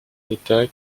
d’état